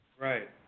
Right